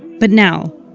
but now,